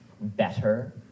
better